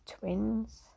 twins